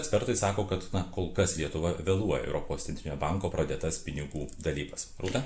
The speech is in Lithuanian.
ekspertai sako kad kol kas lietuva vėluoja europos centrinio banko pradėtas pinigų dalybas rūta